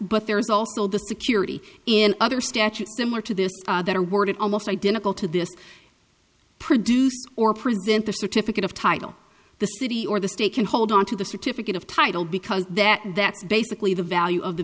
but there's also the security in other statutes similar to this that are worded almost identical to this produced or present the certificate of title the city or the state can hold onto the certificate of title because that that's basically the value of the